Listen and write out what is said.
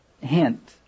hint